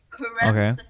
Okay